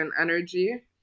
energy